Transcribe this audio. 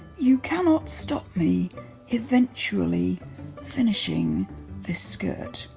you cannot stop me eventually finishing this skirt,